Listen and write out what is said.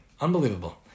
unbelievable